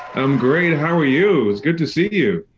i'm great, how are you? it's good to see you!